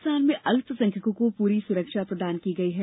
हिन्दुस्तान में अल्पसंख्यकों को पूरी सुरक्षा प्रदान की गई है